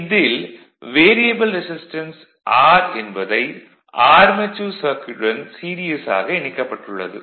இதில் variable resistance R என்பதை armature சர்க்யூட்டுடன் சீரிஸாக இணைக்கப்பட்டுள்ளது